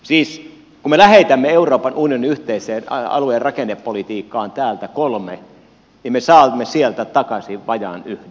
siis kun me lähetämme euroopan unionin yhteiseen aluerakennepolitiikkaan täältä kolme niin me saamme sieltä takaisin vajaan yhden